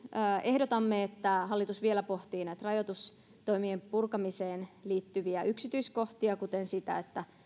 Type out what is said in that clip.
ehdotamme että hallitus vielä pohtii näitä rajoitustoimien purkamiseen liittyviä yksityiskohtia kuten sitä että